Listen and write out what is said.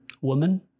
woman